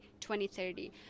2030